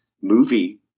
movie